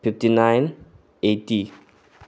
fifty nine eighty